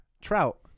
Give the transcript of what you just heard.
Trout